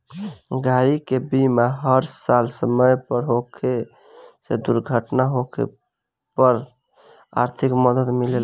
गाड़ी के बीमा हर साल समय पर होखे से दुर्घटना होखे पर आर्थिक मदद मिलेला